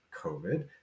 COVID